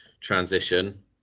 transition